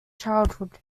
childhood